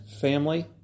family